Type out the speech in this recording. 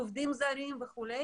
עובדים זרים וכו'.